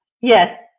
Yes